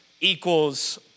equals